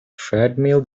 treadmill